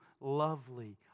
lovely